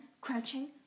crouching